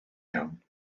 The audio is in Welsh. iawn